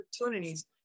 opportunities